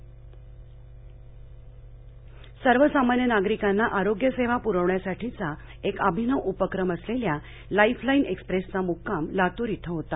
voice cast Latur सर्वसामान्य नागरिकांना आरोग्यसेवा प्रविण्यासाठीचा एक अभिनव उपक्रम असलेल्या लाईफ लाईन एक्स्प्रेसचा म्क्काम लातूर इथं होता